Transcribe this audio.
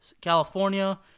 California